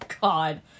God